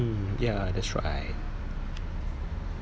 mm ya that's right